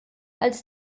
als